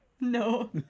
No